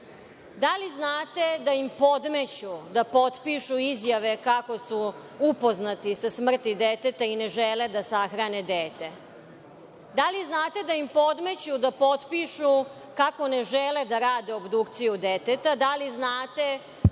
Da li znate da im podmeću da potpišu izjave kako su upoznati sa smrti deteta i ne žele da sahrane dete? Da li znate da im podmeću da potpišu kako ne žele da rade obdukciju deteta? Da li znate